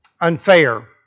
unfair